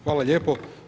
Hvala lijepo.